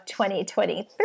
2023